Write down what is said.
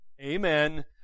amen